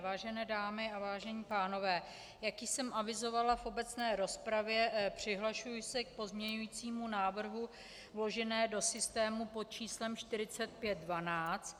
Vážené dámy a vážení pánové, jak již jsem avizovala v obecné rozpravě, přihlašuji se k pozměňujícímu návrhu vloženému do systému pod číslem 4512.